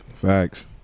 Facts